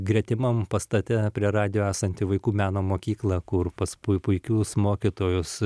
gretimam pastate prie radijo esanti vaikų meno mokykla kur pas pui puikius mokytojus